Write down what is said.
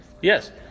yes